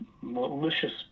malicious